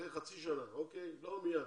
אחרי חצי שנה, לא מיד,